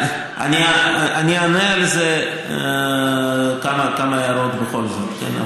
אני אענה על זה כמה הערות בכל זאת, כן?